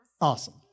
Awesome